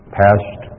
past